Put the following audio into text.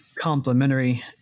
complementary